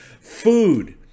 food